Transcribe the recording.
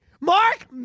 Mark